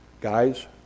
Guys